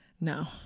No